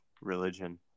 religion